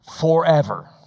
forever